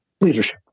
leadership